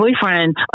boyfriend